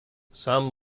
some